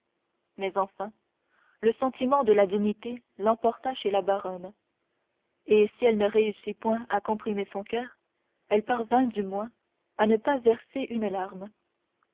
mais enfin le sentiment de la dignité l'emporta chez la baronne et si elle ne réussit point à comprimer son coeur elle parvint du moins à ne pas verser une larme